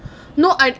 no I